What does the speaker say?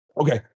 Okay